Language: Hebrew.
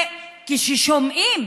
וכששומעים